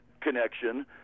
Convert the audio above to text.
connection